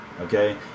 okay